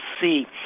see